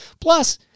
Plus